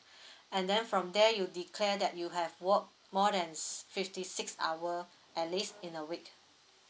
and then from there you declare that you have work more than s~ fifty six hour at least in a week